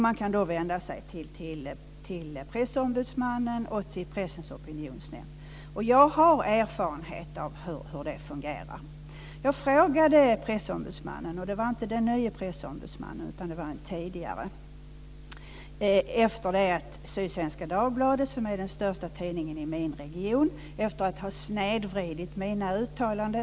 Man kan vända sig till Jag har erfarenhet av hur det fungerar. Jag talade med pressombudsmannen - och det var inte den nya pressombudsmannen, utan det var den tidigare - efter det att Sydsvenska Dagbladet, som är den största tidningen i min region, snedvridit mina uttalanden.